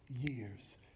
years